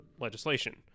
legislation